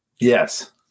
Yes